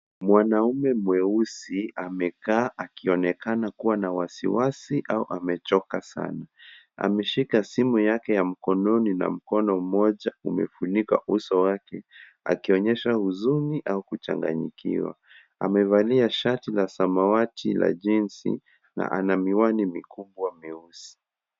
Mwanaume mweusi amekaa akionekana kuwa na wasiwasi au amechoka sana. Ameshika simu yake ya mkononi na mkono mmoja umefunika uso wake, akionyesha huzuni au kuchanganyikiwa. Amevalia shati la samawati la jeans na ana miwani mikubwa meusi.